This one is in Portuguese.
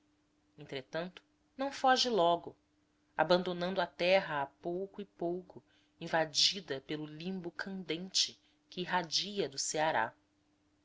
entretanto não foge logo abandonando a terra a pouco e pouco invadida pelo limbo candente que irradia do ceará